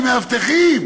עם מאבטחים,